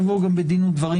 ואבוא בדין ובדברים